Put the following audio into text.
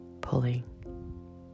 pulling